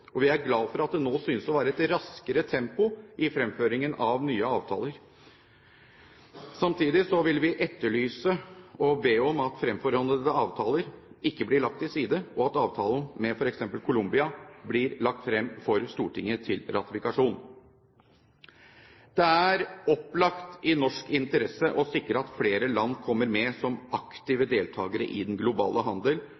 Vi er glad for at det nå synes å være et raskere tempo i fremføringen av nye avtaler. Samtidig vil vi etterlyse og be om at fremforhandlede avtaler ikke blir lagt til side, og at avtalen med f.eks. Colombia blir lagt frem for Stortinget til ratifikasjon. Det er opplagt i norsk interesse å sikre at flere land kommer med som